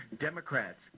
Democrats